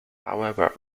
however